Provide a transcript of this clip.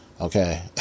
okay